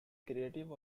creative